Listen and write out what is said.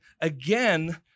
again